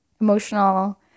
emotional